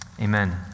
Amen